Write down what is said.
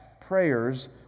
prayers